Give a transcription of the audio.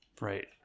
Right